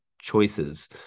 choices